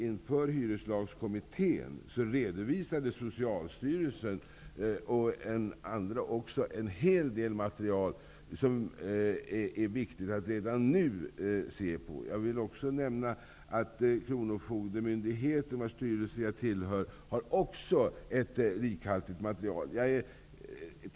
Inför hyreslagskommittén redovisade Socialstyrelsen och andra en hel del material som det är viktigt att titta på redan nu. Kronofogdemyndigheten, vars styrelse jag tillhör, har också ett rikhaltigt material.